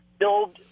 Build